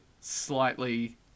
Slightly